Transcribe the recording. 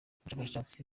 ubushakashatsi